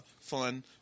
fun